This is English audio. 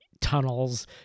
tunnels